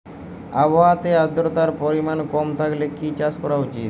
আবহাওয়াতে আদ্রতার পরিমাণ কম থাকলে কি চাষ করা উচিৎ?